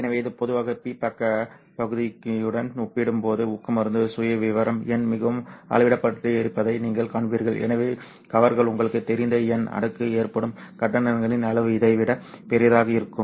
எனவே இது பொதுவாக பி பக்கப் பகுதியுடன் ஒப்பிடும்போது ஊக்கமருந்து சுயவிவரம் n மிகவும் அளவிடப்பட்டிருப்பதை நீங்கள் காண்பீர்கள் எனவே கவர்கள் உங்களுக்குத் தெரிந்த n அடுக்கு ஏற்படும் கட்டணங்களின் அளவு இதைவிடப் பெரியதாக இருக்கும்